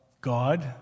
God